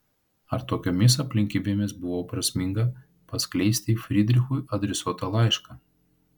ar tokiomis aplinkybėmis buvo prasminga paskleisti frydrichui adresuotą laišką